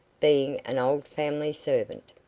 being an old family servant.